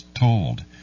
told